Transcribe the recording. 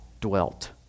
dwelt